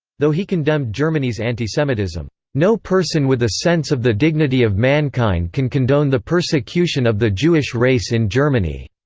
though he condemned germany's antisemitism no person with a sense of the dignity of mankind can condone the persecution of the jewish race in germany.